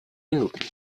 minuten